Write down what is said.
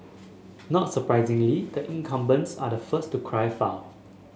not surprisingly the incumbents are the first to cry foul